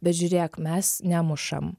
bet žiūrėk mes nemušam